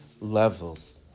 levels